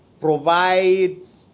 provides